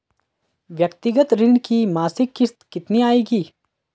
व्यक्तिगत ऋण की मासिक किश्त कितनी आएगी?